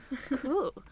cool